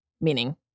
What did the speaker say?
meaning